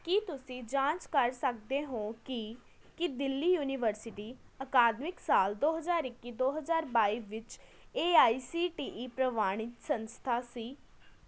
ਕੀ ਤੁਸੀਂ ਜਾਂਚ ਕਰ ਸਕਦੇ ਹੋ ਕਿ ਕੀ ਦਿੱਲੀ ਯੂਨੀਵਰਸਿਟੀ ਅਕਾਦਮਿਕ ਸਾਲ ਦੋ ਹਜ਼ਾਰ ਇੱਕੀ ਦੋ ਹਜ਼ਾਰ ਬਾਈ ਵਿੱਚ A I C T E ਪ੍ਰਵਾਨਿਤ ਸੰਸਥਾ ਸੀ